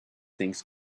things